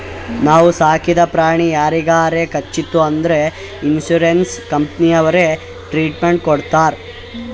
ನಾವು ಸಾಕಿದ ಪ್ರಾಣಿ ಯಾರಿಗಾರೆ ಕಚ್ಚುತ್ ಅಂದುರ್ ಇನ್ಸೂರೆನ್ಸ್ ಕಂಪನಿನವ್ರೆ ಟ್ರೀಟ್ಮೆಂಟ್ ಕೊಡ್ತಾರ್